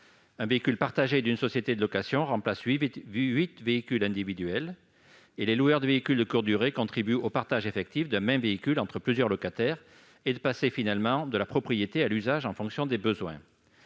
Un véhicule partagé d'une société de location remplace huit véhicules individuels. Les loueurs de véhicules de courte durée favorisent le partage effectif d'un même véhicule entre de nombreux locataires et incitent les conducteurs à passer de la propriété à l'usage en fonction des besoins.